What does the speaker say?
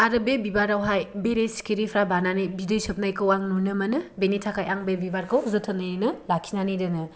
आरो बे बिबारावहाय बेरे सिखिरिफोरा बानानै बिदै सोबनायखौ आं नुनो मोनो बेनि थाखाय आं बे बिबारखौ जोथोनैनो लाखिनानै दोनो